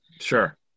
Sure